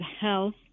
Health